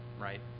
right